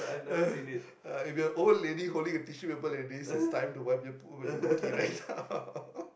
ugh uh if you're old lady holding a tissue paper like this it's time to wipe your poo and booty right now